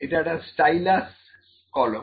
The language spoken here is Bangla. এটা একটা স্টাইলাস কলম